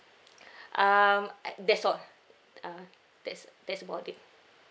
um uh that's all uh that's that's about it